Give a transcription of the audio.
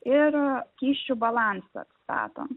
ir skysčių balansą atstatom